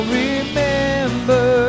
remember